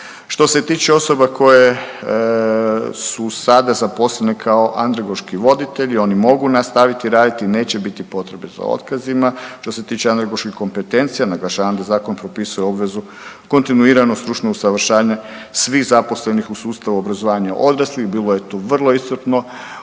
Što se tiče osoba koje su sada zaposlene kao andragoški voditelji oni mogu nastaviti raditi neće biti potrebe za otkazima. Što se tiče androgoških kompetencija naglašavam da zakon propisuje obvezu kontinuiranog stručnog usavršavanja svih zaposlenih u sustavu obrazovanja odraslih. Bilo je tu vrlo iscrpno